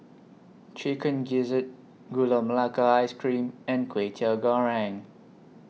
Chicken Gizzard Gula Melaka Ice Cream and Kway Teow Goreng